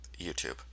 YouTube